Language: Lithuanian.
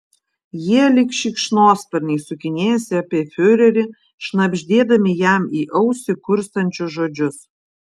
jie lyg šikšnosparniai sukinėjasi apie fiurerį šnabždėdami jam į ausį kurstančius žodžius